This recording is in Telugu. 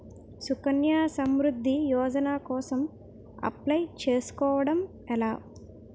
సుకన్య సమృద్ధి యోజన కోసం అప్లయ్ చేసుకోవడం ఎలా?